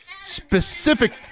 specific